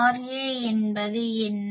Ra என்பது என்ன